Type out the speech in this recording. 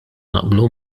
naqblu